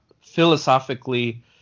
philosophically